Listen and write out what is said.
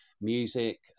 music